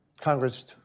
Congress